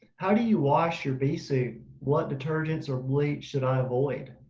how do you wash your bee suit? what detergents or bleach should i avoid?